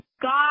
God